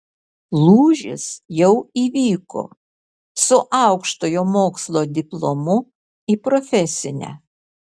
lūžis jau įvyko su aukštojo mokslo diplomu į profesinę